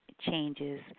changes